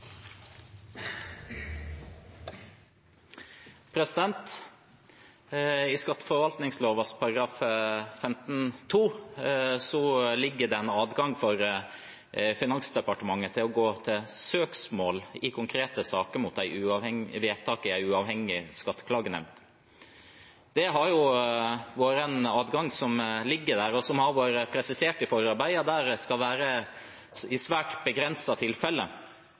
I skatteforvaltningsloven § 15-2 ligger det en adgang for Finansdepartementet til å gå til søksmål i konkrete saker mot vedtak i en uavhengig skatteklagenemnd. Det har vært en adgang som ligger der, og som det har vært presisert i forarbeider skal brukes i svært